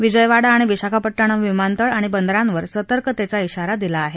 विजयवाडा आणि विशाखापट्टणम विमानतळ आणि बंदरांवर सतर्कतेचा इशारा दिला आहे